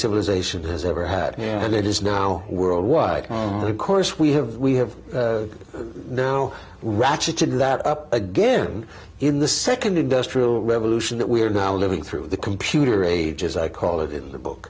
civilization has ever had and it is now worldwide of course we have we have now ratcheted that up again in the nd industrial revolution that we are now living through the computer age as i call it in the book